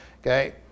Okay